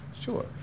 sure